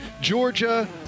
Georgia